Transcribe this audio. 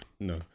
No